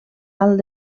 alt